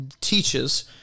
teaches